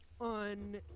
On